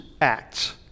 Acts